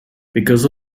because